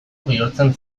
bihurtzen